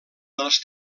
dels